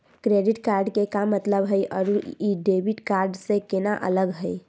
Credit card के का मतलब हई अरू ई डेबिट कार्ड स केना अलग हई?